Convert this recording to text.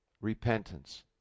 Repentance